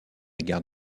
gare